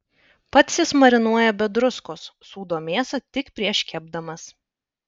pats jis marinuoja be druskos sūdo mėsą tik prieš kepdamas